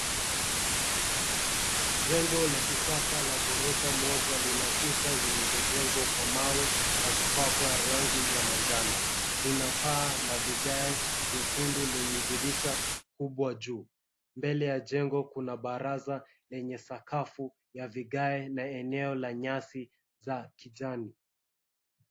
Jengo la kisasa la gorofa moja, lina kuta zilizojengwa kwa mawe na kupakwa rangi ya manjano. Lina paa la vigae vyekundu, lenye dirisha kubwa juu. Mbele ya jengo, kuna baraza lenye sakafu ya vigae na eneo la nyasi za kijani.